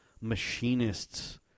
machinist's